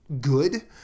good